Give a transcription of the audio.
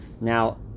Now